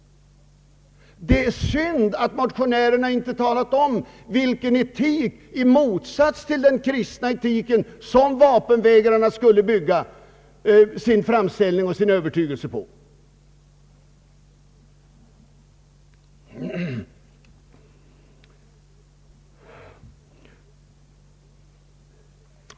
Det är synd att motionärerna inte talat om vilken etik i motsats till den kristna etiken som vapenvägrarna skulle bygga sin övertygelse på.